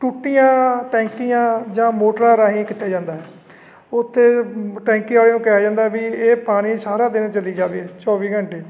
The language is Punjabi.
ਟੂਟੀਆਂ ਟੈਂਕੀਆਂ ਜਾਂ ਮੋਟਰਾਂ ਰਾਹੀਂ ਕੀਤਾ ਜਾਂਦਾ ਹੈ ਉੱਥੇ ਬ ਟੈਂਕੀ ਵਾਲੇ ਨੂੰ ਕਿਹਾ ਜਾਂਦਾ ਵੀ ਇਹ ਪਾਣੀ ਸਾਰਾ ਦਿਨ ਚਲੀ ਜਾਵੇ ਚੌਵੀ ਘੰਟੇ